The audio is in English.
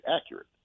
accurate